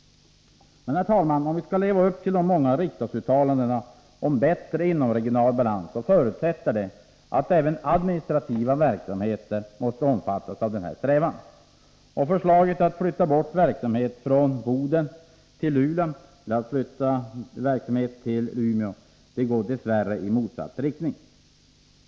Herr talman! Om vi skall leva upp till de många riksdagsuttalandena om bättre inomregional balans förutsätter det att även administrativa verksamheter omfattas av denna strävan. Förslaget att flytta bort verksamhet från Boden till Luleå och att flytta verksamhet till Umeå går dess värre i motsatt riktning.